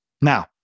Now